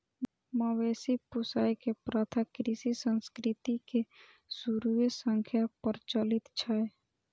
मवेशी पोसै के प्रथा कृषि संस्कृति के शुरूए सं प्रचलित छै